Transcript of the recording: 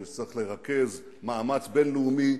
וצריך לרכז מאמץ בין-לאומי,